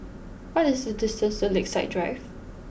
what is the distance to Lakeside Drive